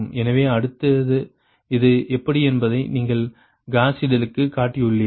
எனவே அடுத்தது இது எப்படி என்பதை நீங்கள் காஸ் சீடலுக்குக் காட்டியுள்ளீர்கள்